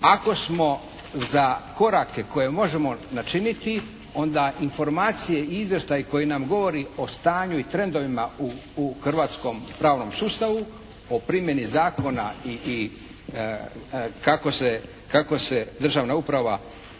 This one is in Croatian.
ako smo za korake koje možemo načiniti onda informacije i izvještaji koji nam govori o stanju i trendovima u hrvatskom pravnom sustavu o primjeni zakona i kako se državna uprava odnosi